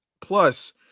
Plus